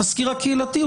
התסקיר הקהילתי,